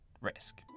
risk